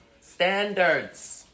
Standards